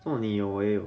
做么你有我没有